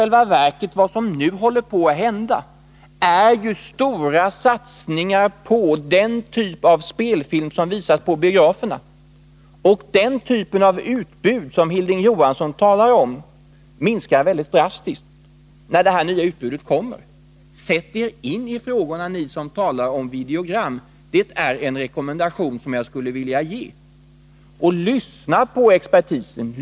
Men vad som i själva verket nu håller på att hända är att man gör stora satsningar på den typ av spelfilm som visas på biograferna, och den typ av utbud som Hilding Johansson talar om minskar när detta nya utbud kommer. Sätt er in i frågorna, ni som talar om videogram! Det är en rekommendation som jag skulle vilja ge. Och lyssna på expertisen!